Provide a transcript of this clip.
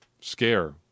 scare